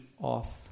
off